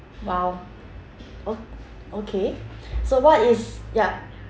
!wow! o~ okay so what is ya